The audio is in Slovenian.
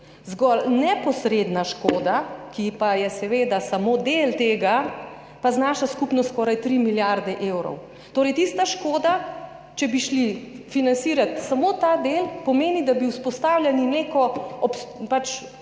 Zgolj neposredna škoda, ki pa je seveda samo del tega, pa znaša skupno skoraj 3 milijarde evrov. Torej, tista škoda, če bi financirali samo ta del, pomeni, da bi vzpostavljali neko do